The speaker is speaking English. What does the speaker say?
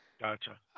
Gotcha